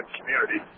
community